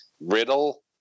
Riddle